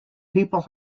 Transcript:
people